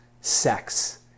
sex